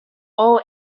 all